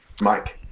Mike